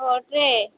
ଛଅ ଟ୍ରେ